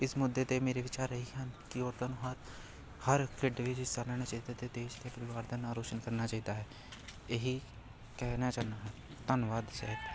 ਇਸ ਮੁੱਦੇ 'ਤੇ ਮੇਰੇ ਵਿਚਾਰ ਇਹੀ ਹਨ ਕਿ ਔਰਤਾਂ ਨੂੰ ਹਰ ਹਰ ਖੇਡ ਵਿੱਚ ਹਿੱਸਾ ਲੈਣਾ ਚਾਹੀਦਾ ਅਤੇ ਦੇਸ਼ ਅਤੇ ਪਰਿਵਾਰ ਦਾ ਨਾਂ ਰੋਸ਼ਨ ਕਰਨਾ ਚਾਹੀਦਾ ਹੈ ਇਹੀ ਕਹਿਣਾ ਚਾਹੁੰਦਾ ਹਾਂ ਧੰਨਵਾਦ ਸਹਿਤ